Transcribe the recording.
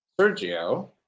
Sergio